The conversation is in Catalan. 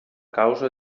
causa